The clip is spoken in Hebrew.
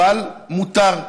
אבל מותר.